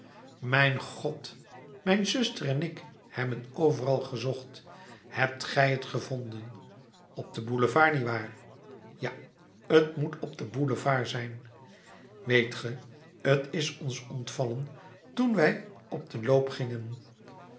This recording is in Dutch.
mijn god mijn zuster en ik hebben overal gezocht hebt gij t gevonden op den boulevard niet waar ja t moet op den boulevard zijn weet ge t is ons ontvallen toen wij op den loop gingen